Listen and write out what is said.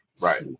Right